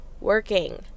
working